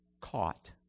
caught